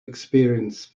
experience